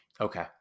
Okay